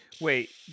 Wait